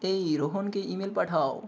এই রোহনকে ইমেল পাঠাও